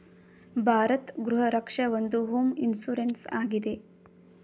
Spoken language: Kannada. ಭಾರತ್ ಗೃಹ ರಕ್ಷ ಒಂದು ಹೋಮ್ ಇನ್ಸೂರೆನ್ಸ್ ಆಗಿದೆ